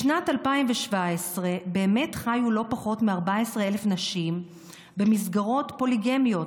בשנת 2017 באמת חיו לא פחות מ-14,000 נשים במסגרות פוליגמיות,